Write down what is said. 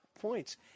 points